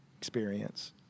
experience